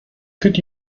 could